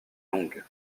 longue